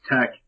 Tech